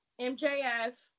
MJS